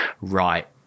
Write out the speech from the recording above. right